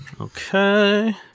Okay